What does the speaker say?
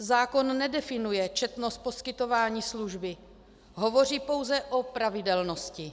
Zákon nedefinuje četnost poskytování služby, hovoří pouze o pravidelnosti.